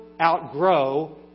outgrow